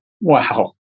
Wow